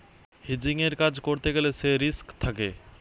হেজিংয়ের কাজ করতে গ্যালে সে রিস্ক থাকে